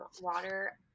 water